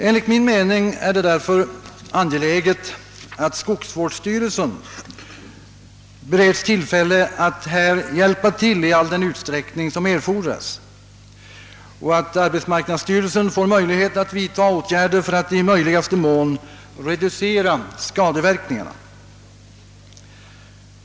Enligt min mening är det angeläget att skogsvårdsstyrelsen bereds tillfälle att härvidlag hjälpa till i all den utsträckning som erfordras och att arbetsmarknadsstyrelsen får möjlighet att vidtaga åtgärder för att i möjligaste mån reducera skadeverkningarna.